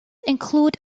include